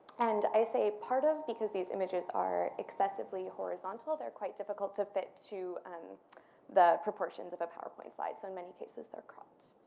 and i say part of because these images are excessively horizontal. they're quite difficult to fit to um the proportions of a powerpoint slide. so in many cases, they're cut.